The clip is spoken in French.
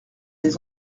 des